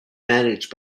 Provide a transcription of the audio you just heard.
managed